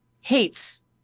hates